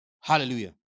Hallelujah